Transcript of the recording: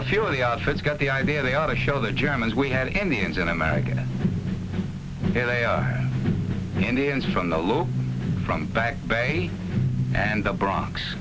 a few of the outfits got the idea they ought to show the germans we had indians and american indians from the low from back bay and the bronx